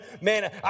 man